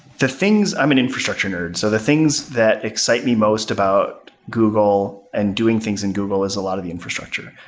the things i'm an infrastructure nerd. so the things that excite me most about google and doing things in google is a lot of the infrastructure.